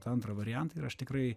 tą antrą variantą ir aš tikrai